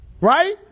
Right